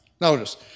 notice